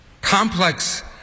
Complex